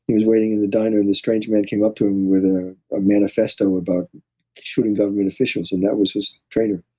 he was waiting in the diner, and this strange man came up to him with a manifesto about shooting government officials, and that was his trainer.